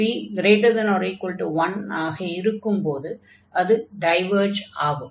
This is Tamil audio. p≥1 ஆக இருக்கும்போது அது டைவர்ஜ் ஆகும்